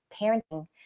parenting